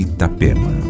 Itapema